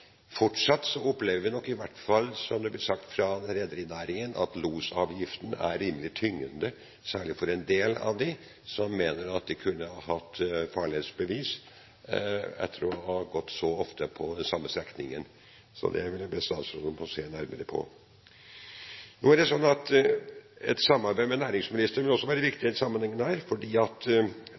Fortsatt opplever en nok i hvert fall, som det ble sagt fra rederinæringen, at losavgiften er rimelig tyngende, særlig for en del av dem som mener at de kunne hatt farledsbevis etter å ha gått så ofte på den samme strekningen. Det vil jeg be statsråden om å se nærmere på. Et samarbeid med næringsministeren vil også være viktig i denne sammenhengen,